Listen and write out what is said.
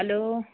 hello